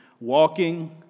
Walking